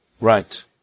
Right